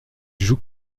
joue